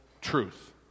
truth